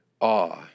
awe